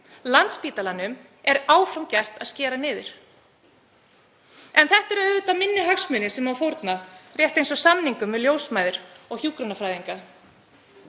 Landspítalanum er áfram gert að skera niður. En þetta eru auðvitað minni hagsmunir sem má fórna rétt eins og samningum við ljósmæður og hjúkrunarfræðinga.